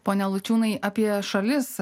pone lučiūnai apie šalis